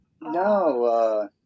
No